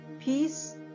peace